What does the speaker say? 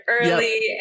early